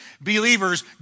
believers